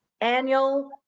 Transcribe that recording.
annual